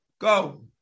Go